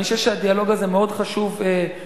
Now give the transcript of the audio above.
אני חושב שהדיאלוג הזה מאוד חשוב שיימשך,